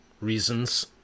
reasons